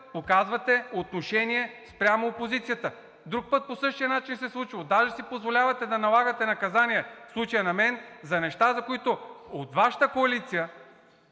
показвате отношение спрямо опозицията. Друг път по същия начин се е случвало, даже си позволявате да налагате наказание – в случая на мен, за неща, за които от Вашата коалиция